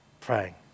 praying